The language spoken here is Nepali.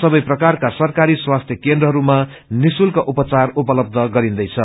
सबै प्रकारका सरकारी स्वास्थ्य केन्द्रहरूमा निश्रूल्क उपचार गरिन्दैछ